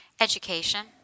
Education